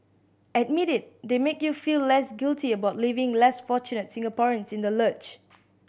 admit it they make you feel less guilty about leaving less fortunate Singaporeans in the lurch